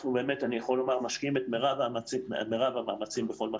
אני יכול לומר שאנחנו באמת משקיעים את מרב המאמצים בכל מה